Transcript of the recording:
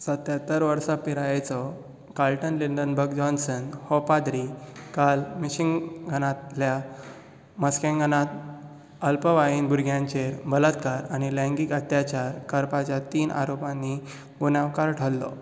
सत्यात्तर वर्सा पिरायेचो कार्लटन लिंडबर्ग जॉन्सन हो पाद्री काल मिशिगनांतल्या मस्केगनांत अल्पवयीन भुरग्यांचेर बलात्कार आनी लैंगीक अत्याचार करपाच्या तीन आरोपांनी गुन्यांवकार थारलो